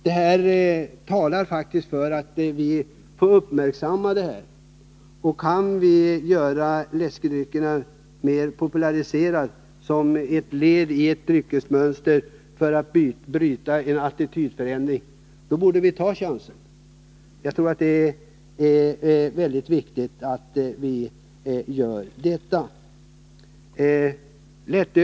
Det är en förändring som borde uppmärksammas. Kan vi genom att göra läskedryckerna mera populära bryta ett attitydmönster när det gäller dryckesvanorna, bör vi också ta den chansen. Jag tror att det är viktigt att vi gör det.